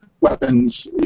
weapons